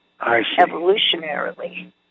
evolutionarily